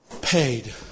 paid